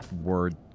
word